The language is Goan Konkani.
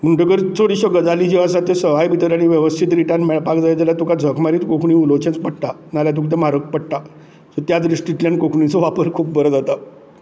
म्हणटकर चडश्यो गजाली ज्यो आसा त्यो सवाय भितर आनी वेवस्थीत रितीन मेळपाक जाय जाल्यार तुका झक मारीत कोंकणी उलोवचेंच पडटा नाजाल्यार तुका तें म्हारग पडटा सो त्या दृश्टींतल्यान कोंकणीचो वापर खूब बरो जाता